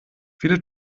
viele